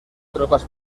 tropas